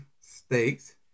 states